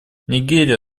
нигерия